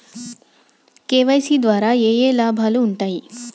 KYC ద్వారా ఏఏ లాభాలు ఉంటాయి?